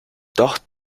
doch